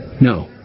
No